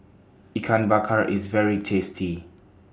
Ikan Bakar IS very tasty